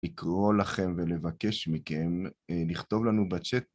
לקרוא לכם ולבקש מכם לכתוב לנו בצ'אט.